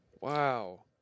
Wow